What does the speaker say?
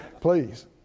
please